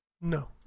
No